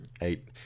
Eight